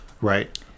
right